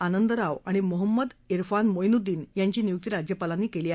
आनंदराव आणि मोहम्मद उिफान मोईनुद्रीन यांची नियुकी राज्यपालांनी केली आहे